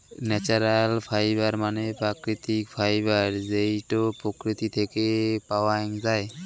natural fibre মানে প্রাকৃতিক fibre যেইটো প্রকৃতি থেকে পাওয়াঙ যাই